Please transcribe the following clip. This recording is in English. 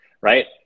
Right